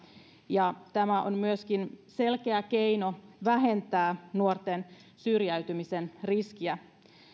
ja tämä myöskin on selkeä keino vähentää nuorten syrjäytymisen riskiä